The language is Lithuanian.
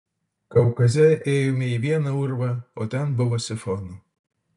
kaukaze ėjome į vieną urvą o ten buvo sifonų